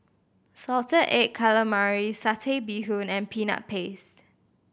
salted egg calamari Satay Bee Hoon and Peanut Paste